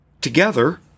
Together